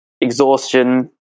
exhaustion